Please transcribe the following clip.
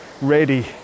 ready